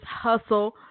Hustle